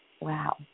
Wow